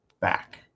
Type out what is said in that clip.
back